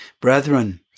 Brethren